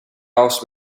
offs